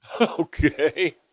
Okay